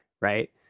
right